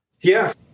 Yes